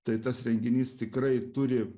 tai tas renginys tikrai turi